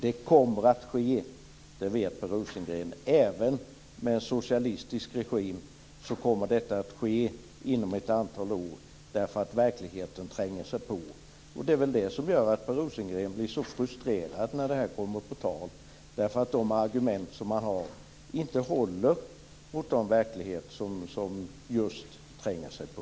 Detta kommer att ske, och det vet Per Rosengren, inom ett antal år även med en socialistisk regim, därför att verkligheten tränger sig på. Det som gör Per Rosengren så frustrerad när det här kommer på tal är väl att hans argument inte håller för den verklighet som tränger sig på.